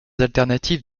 alternatives